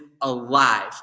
alive